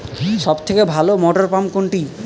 সবথেকে ভালো মটরপাম্প কোনটি?